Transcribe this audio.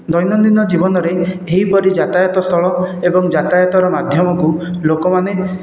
ଦୈନଦିନ ଜୀବନରେ ଏହିପରି ଯାତାୟତ ସ୍ଥଳ ଏବଂ ଯାତାୟାତର ମାଧ୍ୟମକୁ ଲୋକମାନେ